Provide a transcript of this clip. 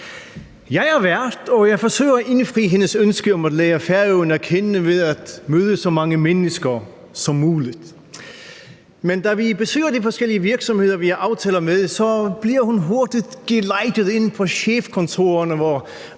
Jeg er vært, og jeg forsøger at indfri hendes ønske om at lære Færøerne at kende ved at møde så mange mennesker som muligt. Men da vi besøger de forskellige virksomheder, vi har aftaler med, bliver hun hurtigt gelejdet ind på chefkontorerne,